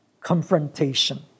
confrontation